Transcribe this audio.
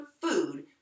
food